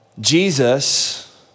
Jesus